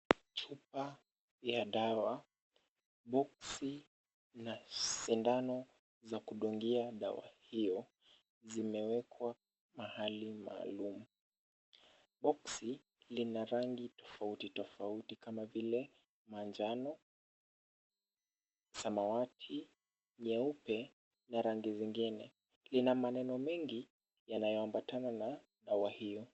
Chupa ya dawa, boksi na sindano za kudungia dawa hiyo zimewekwa mahali maalum. Boksi lina rangi tofauti tofauti kama vile manjano, samawati, nyeupe na rangi zingine. Lina maneno mengi yanayoambatana na dawa hiyo.